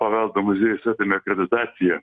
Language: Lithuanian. paveldo muziejus atėmė akreditaciją